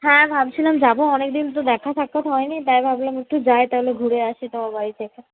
হ্যাঁ ভাবছিলাম যাবো অনেকদিন তো দেখা সাক্ষাৎ হয়নি তাই ভাবলাম একটু যাই তাহলে ঘুরে আসি তোমার বাড়ি থেকে